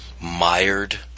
mired